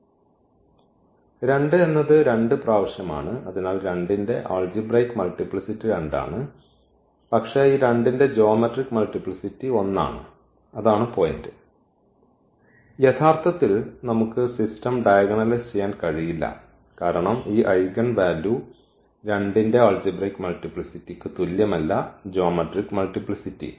2 എന്നത് 2 പ്രാവശ്യം ആണ് അതിനാൽ 2 ന്റെ അൽജിബ്രൈക് മൾട്ടിപ്ലിസിറ്റി 2 ആണ് പക്ഷേ ഈ 2 ന്റെ ജ്യോമട്രിക് മൾട്ടിപ്ലിസിറ്റി 1 ആണ് അതാണ് പോയിന്റ് യഥാർത്ഥത്തിൽ നമുക്ക് സിസ്റ്റം ഡയഗണലൈസ് ചെയ്യാൻ കഴിയില്ല കാരണം ഈ ഐഗൻവാല്യൂ 2 ന്റെ അൽജിബ്രൈക് മൾട്ടിപ്ലിസിറ്റിക്ക് തുല്യമല്ല ജ്യോമട്രിക് മൾട്ടിപ്ലിസിറ്റി